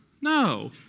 No